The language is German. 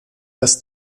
das